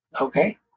Okay